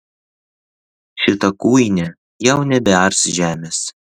šita kuinė jau nebears žemės